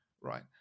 Right